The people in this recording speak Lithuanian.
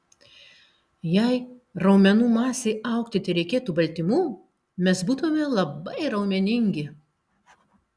jei raumenų masei augti tereikėtų baltymų mes būtumėme labai raumeningi